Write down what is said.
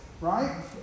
right